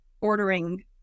ordering